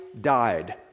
died